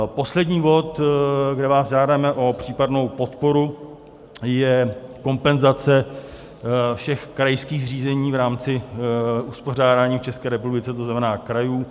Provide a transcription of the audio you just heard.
Poslední bod, kde vás žádáme o případnou podporu, je kompenzace všech krajských zřízení v rámci uspořádání v České republice, to znamená krajů.